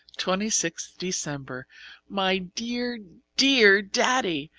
twenty sixth december my dear, dear, daddy,